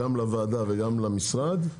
גם לוועדה וגם למשרד,